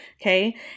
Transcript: Okay